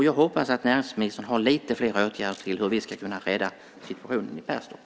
Jag hoppas att näringsministern har lite fler åtgärder som kan rädda situationen i Perstorp.